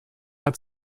hat